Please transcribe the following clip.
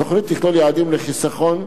התוכנית תכלול יעדים לחיסכון,